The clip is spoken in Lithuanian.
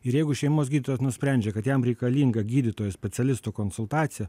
ir jeigu šeimos gydytojas nusprendžia kad jam reikalinga gydytojo specialisto konsultacija